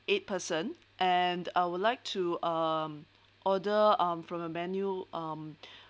eight person and I would like to um order um from a menu um